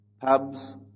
Pubs